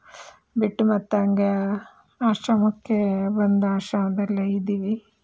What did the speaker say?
ಬಿಟ್ಟು ಮತ್ತೆ ಹಾಗೆ ಆಶ್ರಮಕ್ಕೆ ಬಂದು ಆಶ್ರಮದಲ್ಲೇ ಇದ್ದೀವಿ